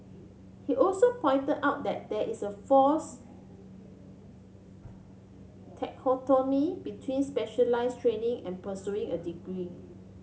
he also pointed out that there is a false between specialise training and pursuing a degree